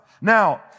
now